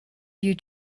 you